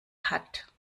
hat